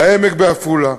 "העמק" בעפולה,